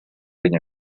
ella